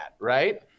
right